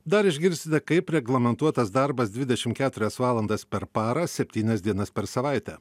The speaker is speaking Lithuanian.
dar išgirsite kaip reglamentuotas darbas dvidešim keturias valandas per parą septynias dienas per savaitę